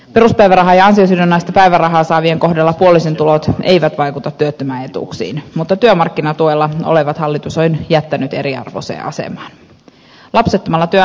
peruspäivärahaa ja ansiosidonnaista päivärahaa saavien kohdalla puolison tulot eivät vaikuta työttömän etuuksiin mutta työmarkkinatuella olevat hallitus on jättänyt eriarvoiseen asemaan